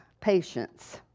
patience